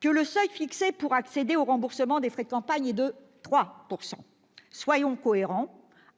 que le seuil fixé pour accéder au remboursement des frais de campagne est de 3 %. Soyons cohérents :